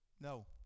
No